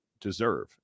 deserve